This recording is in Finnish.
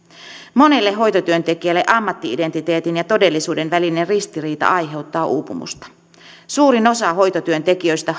monelle hoitotyöntekijälle ammatti identiteetin ja todellisuuden välinen ristiriita aiheuttaa uupumusta suurin osa hoitotyöntekijöistä